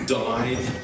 died